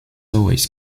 always